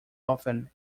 often